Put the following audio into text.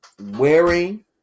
wearing